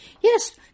Yes